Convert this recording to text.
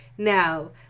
Now